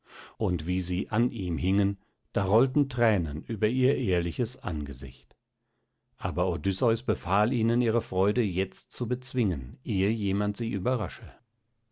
und wie sie an ihm hingen da rollten thränen über ihr ehrliches angesicht aber odysseus befahl ihnen ihre freude jetzt zu bezwingen ehe jemand sie überrasche